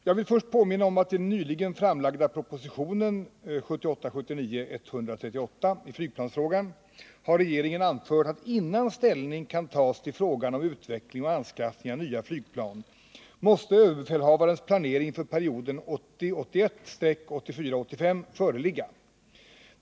Jag vill först påminna om att i den nyligen framlagda propositionen (1978 81-1984/85 föreligga.